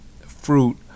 fruit